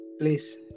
Please